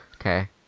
Okay